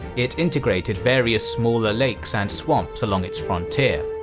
it integrated various smaller lakes and swamps along its frontier.